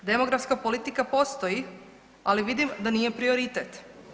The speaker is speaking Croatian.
Demografska politika postoji, ali vidim da nije prioritet.